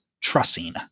trussing